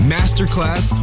Masterclass